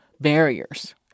barriers